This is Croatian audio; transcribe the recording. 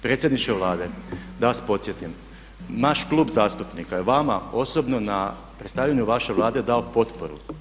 Predsjedniče Vlade, da vas podsjetim naš klub zastupnika je vama osobno na predstavljanju vaše Vlade dao potporu.